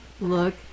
look